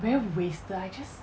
very wasted I just